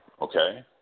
Okay